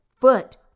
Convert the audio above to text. foot